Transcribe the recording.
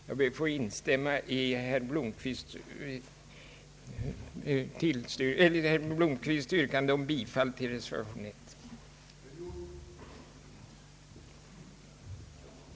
Jag ber att få instämma i herr Blomquists yrkande om bifall till reservation I.